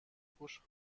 pfusch